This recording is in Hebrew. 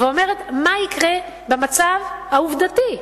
ואומרת מה יקרה במצב העובדתי,